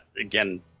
again